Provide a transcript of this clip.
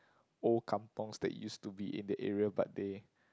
old kampungs that used to be in that area but they